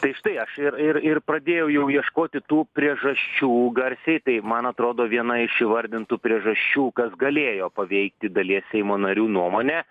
tai štai aš ir ir ir pradėjau jau ieškoti tų priežasčių garsiai tai man atrodo viena iš įvardintų priežasčių kas galėjo paveikti dalies seimo narių nuomonę